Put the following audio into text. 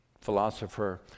Philosopher